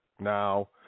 Now